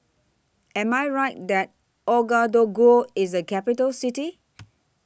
Am I Right that Ouagadougou IS A Capital City